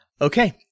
Okay